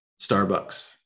Starbucks